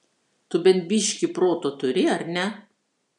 tu bent biškį proto turi ar ne